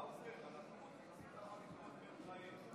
האוזר, אנחנו ממליצים לך לקרוא את בן חיים.